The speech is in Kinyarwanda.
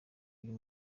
uyu